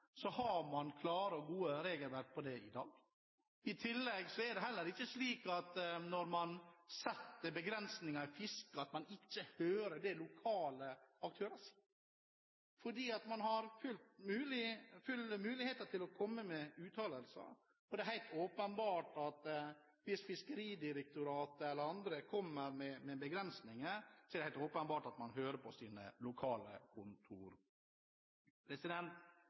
har man klare og gode regelverk om det i dag. I tillegg er det heller ikke slik når man setter begrensninger i fisket, at man ikke hører på det som lokale aktører sier. Man har all mulighet til å komme med uttalelser, og dersom Fiskeridirektoratet eller andre kommer med begrensninger, hører man på sine lokale kontorer. Fremskrittspartiet har et prinsipielt standpunkt i denne saken. Fremskrittspartiet mener at fiskeressursene våre er nasjonale ressurser og skal forvaltes på